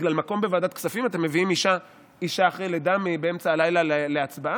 בגלל מקום בוועדת כספים אתם מביאים אישה אחרי לידה באמצע הלילה להצבעה?